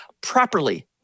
properly